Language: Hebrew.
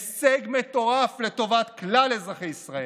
הישג מטורף לטובת כלל אזרחי ישראל,